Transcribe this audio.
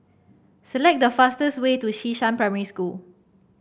select the fastest way to Xishan Primary School